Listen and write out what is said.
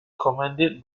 commanded